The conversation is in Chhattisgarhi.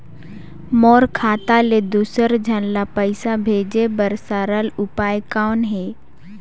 मोर खाता ले दुसर झन ल पईसा भेजे बर सरल उपाय कौन हे?